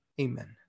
amen